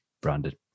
branded